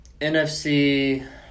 NFC